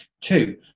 Two